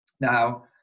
Now